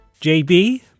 JB